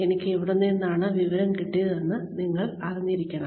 എനിക്ക് എവിടെ നിന്നാണ് വിവരം കിട്ടിയതെന്ന് നിങ്ങൾ അറിഞ്ഞിരിക്കണം